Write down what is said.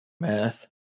Math